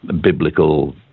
biblical